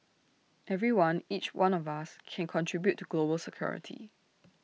everyone each one of us can contribute to global security